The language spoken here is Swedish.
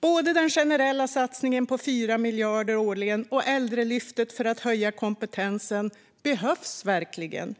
Både den generella satsningen på 4 miljarder årligen och Äldreomsorgslyftet för att höja kompetensen behövs verkligen.